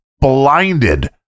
blinded